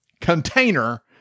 container